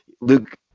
luke